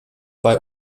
bei